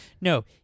No